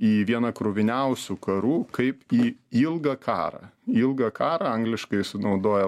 į vieną kruviniausių karų kaip į ilgą karą ilgą karą angliškai jisai naudoja